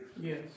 Yes